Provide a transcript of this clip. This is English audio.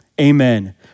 Amen